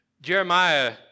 Jeremiah